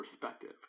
perspective